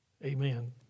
Amen